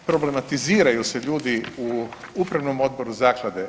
Problematiziraju se ljudi u Upravnom odboru Zaklade.